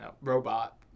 robot